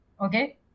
Okay